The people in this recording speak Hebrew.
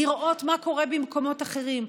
לראות מה קורה במקומות אחרים,